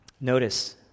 notice